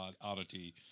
oddity